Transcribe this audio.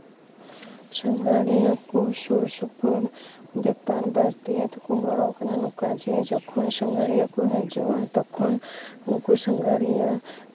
ᱥᱟᱸᱜᱷᱟᱨᱤᱭᱟᱹ ᱠᱚ ᱥᱩᱨ ᱥᱩᱯᱩᱨ ᱵᱮᱯᱟᱨ ᱵᱟᱫ ᱫᱤᱭᱮ ᱛᱮᱠᱚ ᱵᱚᱲᱚ ᱠᱟᱱᱟ ᱡᱮ ᱡᱚᱠᱷᱚᱱ ᱥᱟᱸᱜᱷᱟᱨᱤᱭᱟᱹ ᱠᱚ ᱦᱤᱡᱩᱜᱼᱟ ᱛᱚᱠᱷᱚᱱ ᱩᱱᱠᱩ ᱥᱟᱸᱜᱷᱟᱨᱤᱭᱟᱹ